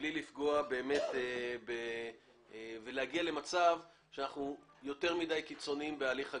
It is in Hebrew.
בלי לפגוע ולהגיע למצב שאנחנו יותר מדי קיצוניים בהליך הגבייה.